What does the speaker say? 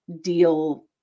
deal